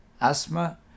asthma